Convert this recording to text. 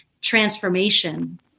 transformation